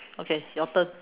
okay your turn